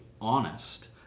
honest